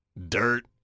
Dirt